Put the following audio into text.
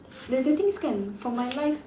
the the things can for my life